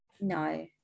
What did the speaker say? No